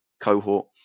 cohort